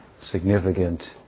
significant